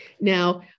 Now